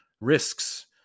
risks